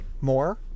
more